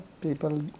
People